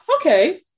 Okay